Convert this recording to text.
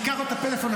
ניקח לו את הפלאפון,